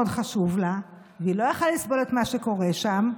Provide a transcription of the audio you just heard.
חשוב לה והיא לא יכלה לסבול את מה שקורה שם,